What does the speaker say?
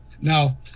Now